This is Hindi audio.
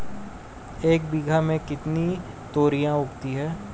एक बीघा में कितनी तोरियां उगती हैं?